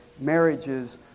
marriages